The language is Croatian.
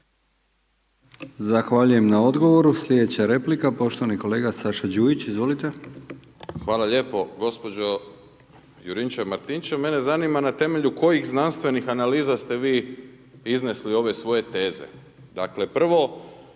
Zahvaljujem na odgovoru. Slijedeća replika poštovani kolega Saša Đujić, izvolite. **Đujić, Saša (SDP)** Hvala lijepo. Gospođo Juričev-Martinčev, na temelju kojih znanstvenih analiza ste vi iznesli ove svoje teze? Dakle, prvo,